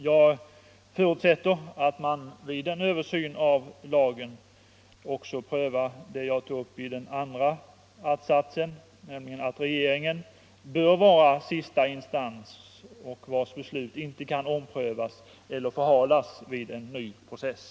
Jag förutsätter, fru talman, att man vid en översyn av lagen också prövar det jag tog upp i den andra att-satsen, nämligen att regeringen bör vara sista instans vars beslut inte kan omprövas eller förhalas vid en ny process.